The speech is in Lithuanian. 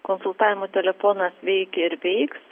konsultavimo telefonas veikia ir veiks